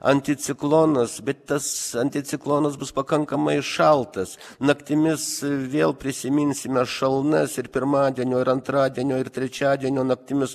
anticiklonas bet tas anticiklonas bus pakankamai šaltas naktimis vėl prisiminsime šalnas ir pirmadienio ir antradienio ir trečiadienio naktimis